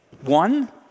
One